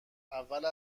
اول